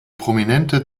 prominente